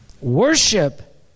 Worship